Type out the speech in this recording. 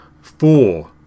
four